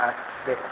হ্যাঁ ঠিক আছে